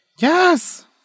Yes